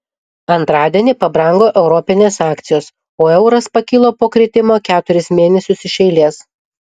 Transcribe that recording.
antradienį pabrango europinės akcijos o euras pakilo po kritimo keturis mėnesius iš eilės